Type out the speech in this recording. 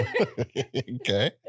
Okay